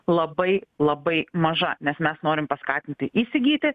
labai labai maža nes mes norim paskatinti įsigyti